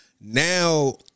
Now